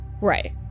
right